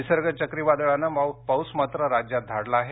निसर्ग चक्रीवादळानं पाऊस मात्र राज्यात धाडला आहे